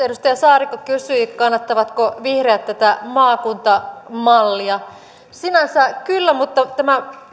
edustaja saarikko kysyi kannattavatko vihreät tätä maakuntamallia sinänsä kyllä mutta tämä